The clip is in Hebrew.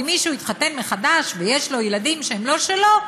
אם מישהו התחתן מחדש ויש לו ילדים שהם לא שלו,